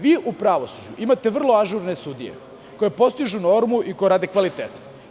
Vi u pravosuđu imate vrlo ažurne sudije koje postižu normu i koje rade kvalitetno.